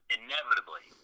inevitably